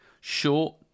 short